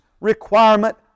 requirement